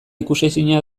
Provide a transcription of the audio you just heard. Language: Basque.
ikusezina